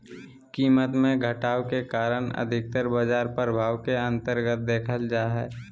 कीमत मे घटाव के कारण अधिकतर बाजार प्रभाव के अन्तर्गत देखल जा हय